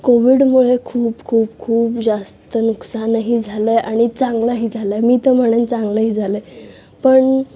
कोव्हीडमुळे खूप खूप खूप जास्त नुकसानही झालं आहे आणि चांगलंही झालं आहे मी तर म्हणेन चांगलंही झालं आहे पण